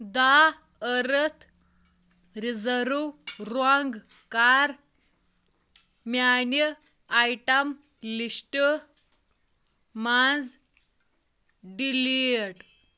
the أرتھ رِزٲرُو رۄنٛگ کَر میٛانہِ آیٹم لِسٹہٕ منٛز ڈِلیٖٹ